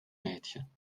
mädchen